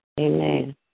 Amen